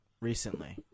recently